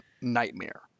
nightmare